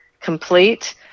complete